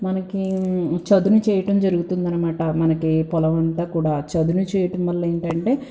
మనకి చదును చేయటం జరుగుతుందనమాట మనకి పొలమంతా కూడా చదును చేయటం వల్ల ఏంటంటే